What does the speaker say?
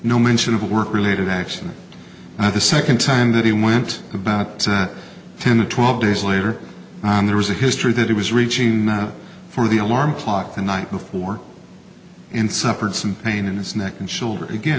no mention of a work related action and the second time that he went about ten or twelve days later on there was a history that he was reaching for the alarm clock the night before and suffered some pain in his neck and shoulder again